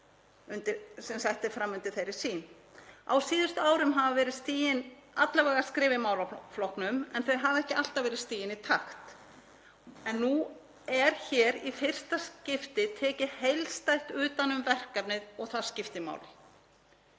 sem sett eru fram undir þeirri sýn. Á síðustu árum hafa verið stigin alla vega skref í málaflokknum en þau hafa ekki alltaf verið stigin í takt. Nú er hér í fyrsta skipti tekið heildstætt utan um verkefnið og það skiptir máli.